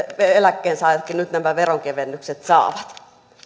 eläkkeensaajatkin nyt nämä veronkevennykset saavat